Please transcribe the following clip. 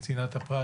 מצנעת הפרט,